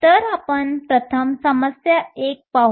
तर आपण प्रथम समस्या एक पाहू